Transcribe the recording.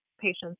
patients